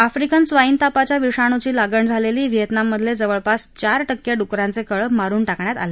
African स्वाउे तापाच्या विषाणूची लागण झालेली व्हिएतनाममधले जवळपास चार टक्के डुकरांचे कळप मारुन टाकण्यात आले